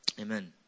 Amen